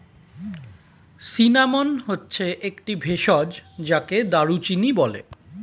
cinnamon হচ্ছে একটি ভেষজ যাকে দারুচিনি বলে